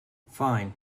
fine